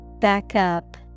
Backup